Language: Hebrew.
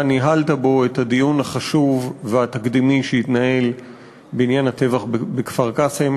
ניהלת את הדיון החשוב והתקדימי בעניין הטבח בכפר-קאסם,